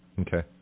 Okay